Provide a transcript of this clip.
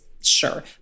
sure